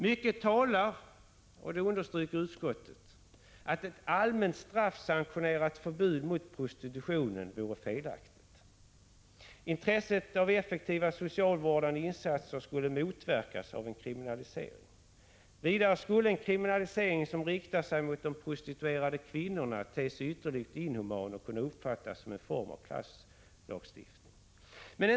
Mycket talar för — och det understryker utskottet — att ett allmänt straffsanktionerat förbud mot prostitutionen vore felaktigt. Intresset av effektiva socialvårdande insatser skulle motverkas av en kriminalisering. Vidare skulle en kriminalisering som riktar sig mot de prostituerade kvinnorna te sig ytterligt inhuman och kunna uppfattas som en form av klasslagstiftning.